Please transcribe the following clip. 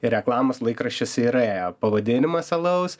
reklamos laikraščiuose yra eb pavadinimas alaus